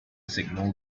signal